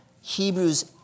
Hebrews